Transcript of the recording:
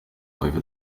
over